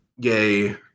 gay